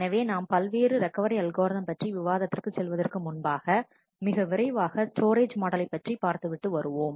எனவே நாம் பல்வேறு ரெக்கவரி அல்கோரிதம் பற்றி விவாதத்திற்கு செல்வதற்கு முன்பாக மிக விரைவாக ஸ்டோரேஜ் மாடலை பற்றி பார்த்துவிட்டு வருவோம்